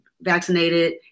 vaccinated